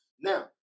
Now